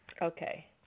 Okay